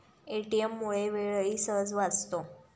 ATM मुळे वेळही सहज वाचतो